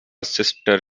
sister